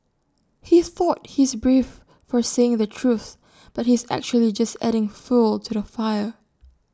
he thought he's brave for saying the truth but he's actually just adding fuel to the fire